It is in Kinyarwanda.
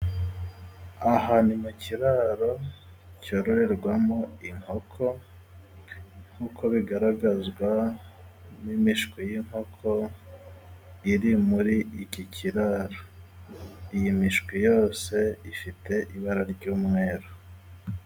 Aha ni mu kiraro cyororerwamo inkoko nk'uko bigaragazwa n'imishwi y'inkoko iri muri iki kiraro, iyi mishwi yose ifite ibara ry'umweru.